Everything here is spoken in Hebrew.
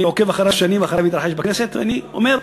אני עוקב שנים אחרי המתרחש בכנסת, ואני אומר,